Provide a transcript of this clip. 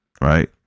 right